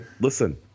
listen